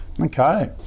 Okay